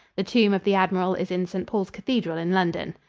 the tomb of the admiral is in st. paul's cathedral in london.